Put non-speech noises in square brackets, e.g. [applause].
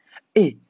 [breath] eh